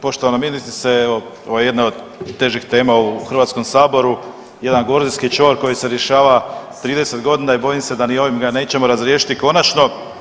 Poštovana ministrice ovo je jedna od težih tema u Hrvatskom saboru, jedan gordijski čvor koji se rješava 30 godina i bojim se da ni ovim ga nećemo razriješiti konačno.